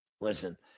listen